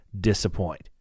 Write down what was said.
disappoint